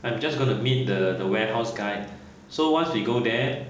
I'm just gonna meet the warehouse guy so once you go there